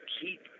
keep